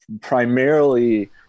primarily